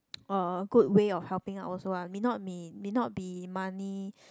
uh good way of helping out also ah may not mean may not be money